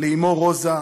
לאמו רוזה,